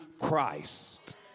Christ